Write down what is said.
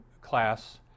class